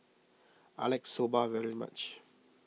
I like Soba very much